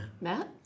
Matt